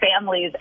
families